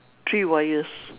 three wires